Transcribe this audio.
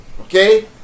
Okay